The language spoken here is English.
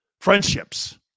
friendships